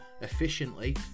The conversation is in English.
efficiently